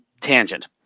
tangent